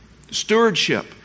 Stewardship